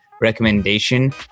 recommendation